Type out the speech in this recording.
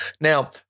Now